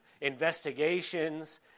investigations